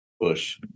push